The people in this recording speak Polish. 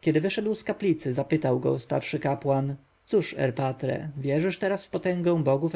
kiedy wyszedł z kaplicy zapytał go starszy kapłan cóż erpatre wierzysz teraz w potęgę bogów